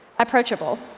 approachable